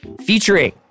Featuring